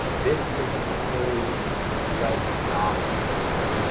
this isn't a fully-fledged fully-fledged novel is what she said.